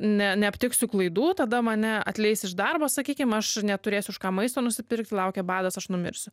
ne neaptiksiu klaidų tada mane atleis iš darbo sakykim aš neturėsiu už ką maisto nusipirkt laukia badas aš numirsiu